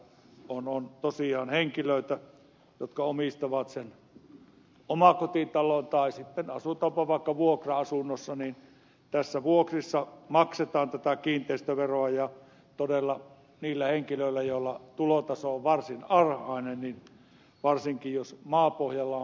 on tosiaan henkilöitä jotka omistavat sen omakotitalon tai asutaanpa sitten vaikka vuokra asunnossa ja vuokrissa maksetaan tätä kiinteistöveroa ja todella nämä henkilöt joilla tulotaso on varsin alhainen varsinkin jos maapohja ja